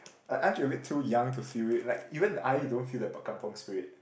uh aren't you a bit too young to feel it like even I don't feel the kampung Spirit